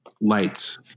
lights